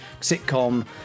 sitcom